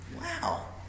Wow